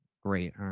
great